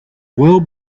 well